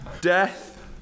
death